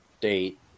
date